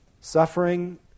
Suffering